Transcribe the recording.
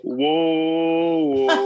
whoa